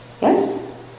Yes